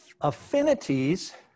affinities